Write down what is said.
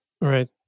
Right